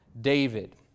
David